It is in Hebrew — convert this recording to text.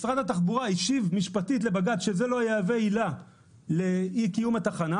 משרד התחבורה השיב משפטית לבג"ץ שזה לא יהווה עליה לאי קיום התחנה.